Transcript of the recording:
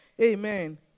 Amen